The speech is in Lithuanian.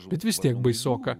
bet vis tiek baisoka